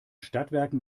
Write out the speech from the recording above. stadtwerken